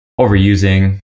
overusing